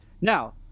Now